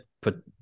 Put